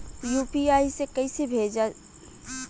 UPI से कइसे पैसा भेजल जाला?